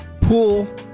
pool